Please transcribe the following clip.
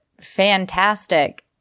fantastic